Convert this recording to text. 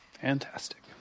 Fantastic